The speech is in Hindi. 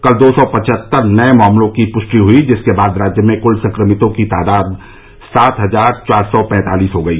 कल दो सौ पचहत्तर नए मामलों की पुष्टि हुयी जिसके बाद राज्य में कुल संक्रमितों की तादाद सात हजार चार सौ पैंतालीस पहुंच गई